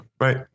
Right